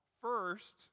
first